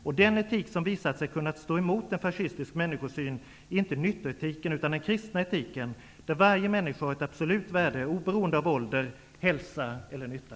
Och den etik som visat sig kunna stå emot en fascistisk människosyn är inte nyttoetiken utan den kristna etiken, där varje människa har ett absolut värde, oberoende av ålder, hälsa eller nytta.